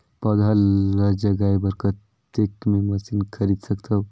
पौधा ल जगाय बर कतेक मे मशीन खरीद सकथव?